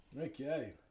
Okay